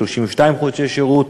של 32 חודשי שירות.